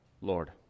Lord